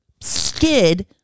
skid